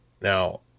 Now